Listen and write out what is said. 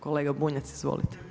Kolega Bunjac izvolite.